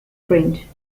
french